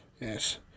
yes